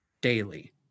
daily